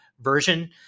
version